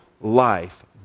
life